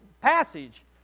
passage